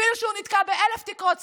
אפילו שהוא נתקע באלף תקרות זכוכית,